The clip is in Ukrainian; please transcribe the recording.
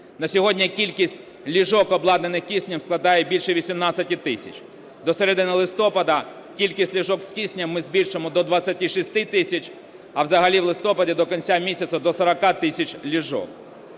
На сьогодні кількість ліжок, обладнаних киснем, складає більше 18 тисяч. До середини листопада кількість ліжок з киснем ми збільшимо до 26 тисяч, а взагалі в листопаді до кінця місяця до 40 тисяч ліжок.